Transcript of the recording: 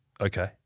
okay